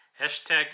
hashtag